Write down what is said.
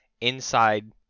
inside